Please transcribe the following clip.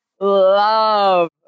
love